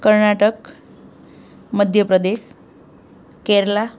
Karnataka Madhya Pradesh Kerala